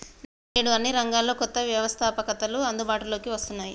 నేడు అన్ని రంగాల్లో కొత్త వ్యవస్తాపకతలు అందుబాటులోకి వస్తున్నాయి